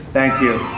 thank you